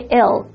ill